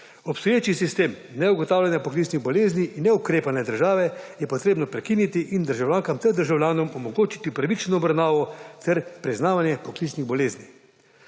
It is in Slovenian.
Obstoječi sistem neugotavljanja poklicnih bolezni in neukrepanja države je potrebno prekiniti in državljankam ter državljanom omogočiti pravično obravnavo ter priznavanje poklicnih bolezni.